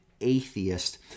atheist